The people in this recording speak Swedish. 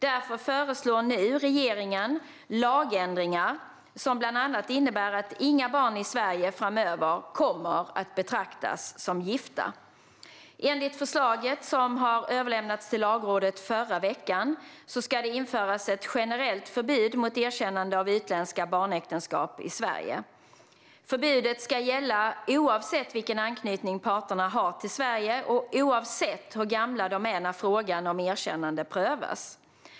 Därför föreslår nu regeringen lagändringar som bland annat innebär att inga barn i Sverige framöver kommer att betraktas som gifta. Enligt förslaget, som överlämnades till Lagrådet förra veckan, ska det införas ett generellt förbud mot erkännande av utländska barnäktenskap i Sverige. Förbudet ska gälla oavsett vilken anknytning parterna har till Sverige och oavsett hur gamla de är när frågan om erkännande prövas.